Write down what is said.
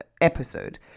episode